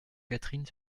catherine